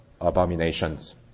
abominations